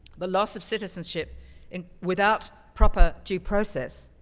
the loss of citizenship and without proper due process,